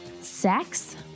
Sex